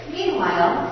Meanwhile